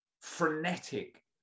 frenetic